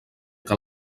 que